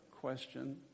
question